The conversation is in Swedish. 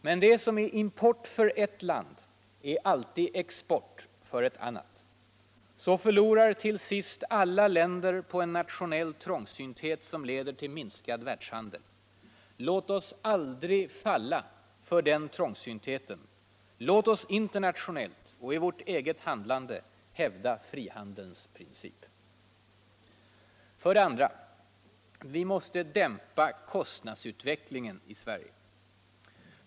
Men det som är import för ett land är alltid export för ett annat. Så förlorar till sist alla länder på en nationell trångsynthet som leder till minskad världshandel. Låt oss aldrig falla för den trångsyntheten. Låt oss internationellt och i vårt eget handlande hävda frihandelns princip. 2. Vi måste dämpa kostnadsutvecklingen i Sverige.